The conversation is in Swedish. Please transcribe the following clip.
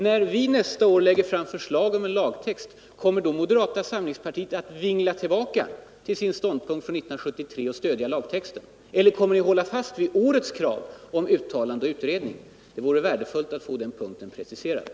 När vi nästa år lägger fram förslag om en lagtext, kommer då moderata samlingspartiet att vingla tillbaka till sin ståndpunkt från 1973 och stödja lagtexten? Eller kommer ni att hålla fast vid årets krav på uttalande och utredning? Det vore värdefullt att få detta preciserat.